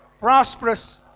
prosperous